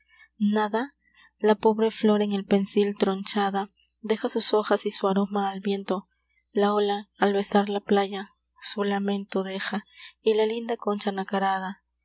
nada la pobre flor en el pensil tronchada deja sus hojas y su aroma al viento la ola al besar la playa su lamento deja y la linda concha nacarada